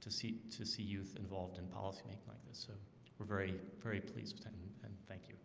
to see to see youth involved in policymaking like this so we're very very pleased and thank you